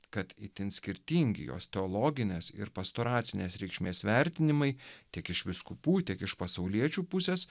kad itin skirtingi jos teologinės ir pastoracinės reikšmės vertinimai tiek iš vyskupų tiek iš pasauliečių pusės